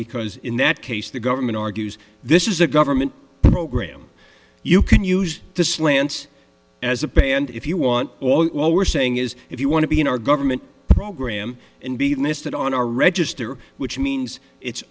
because in that case the government argues this is a government program you can use this land as a band if you want all we're saying is if you want to be in our government program and be listed on our register which means it's